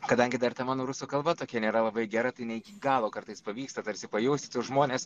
kadangi dar ta mano rusų kalba tokia nėra labai gera tai ne iki galo kartais pavyksta tarsi pajausti tuos žmones